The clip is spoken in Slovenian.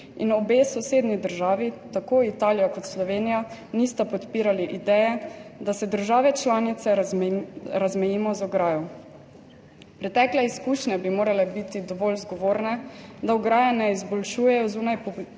in obe sosednji državi, tako Italija kot Slovenija, nista podpirali ideje, da se države članice razmejimo z ograjo. Pretekle izkušnje bi morale biti dovolj zgovorne, da ograje ne izboljšujejo zunaj političnih